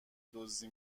دزدی